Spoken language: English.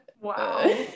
wow